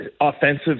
offensive